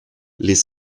les